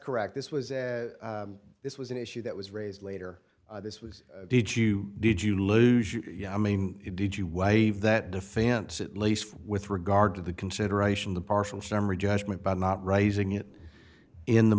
correct this was a this was an issue that was raised later this was did you did you lose you yeah i mean did you wave that defense at least with regard to the consideration the partial summary judgment by not raising it in the